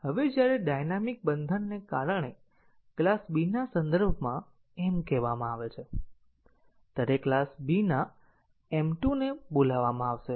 હવે જ્યારે ડાયનામિક બંધનને કારણે ક્લાસ B ના સંદર્ભમાં m કહેવામાં આવે છે ત્યારે ક્લાસ B ના m 2 ને બોલાવવામાં આવશે